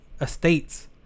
estates